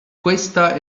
questa